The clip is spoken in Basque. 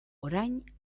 orain